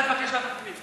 אתה תבקש ועדת הפנים.